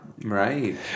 right